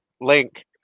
link